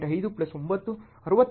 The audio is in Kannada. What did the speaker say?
5 ಪ್ಲಸ್ 9 62